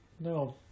No